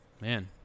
Man